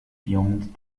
beyond